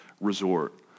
resort